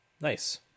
nice